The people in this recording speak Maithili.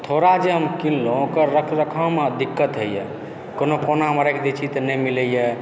हथौड़ा जे हम किनलहुँ ओकर रख रखावमे आब दिक्कत होइए कोनो कोनामे राखि दै छी तऽ नहि मिलैया